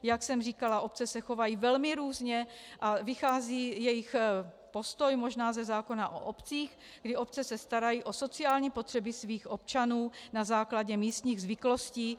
Jak jsem říkala, obce se chovají velmi různě a vychází jejich postoj možná ze zákona o obcích, kdy obce se starají o sociální potřeby svých občanů na základě místních zvyklostí.